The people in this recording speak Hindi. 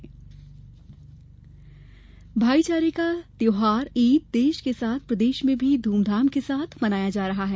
पैकेज ईद भाईचारे का त्योहार ईद देश के साथ प्रदेश में भी में धूमधाम के साथ मनाया जा रहा है